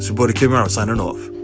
so but kid mero, signing off